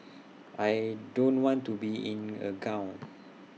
I don't want to be in A gown